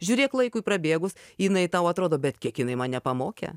žiūrėk laikui prabėgus jinai tau atrodo bet kiek jinai mane pamokė